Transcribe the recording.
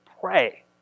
Pray